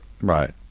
Right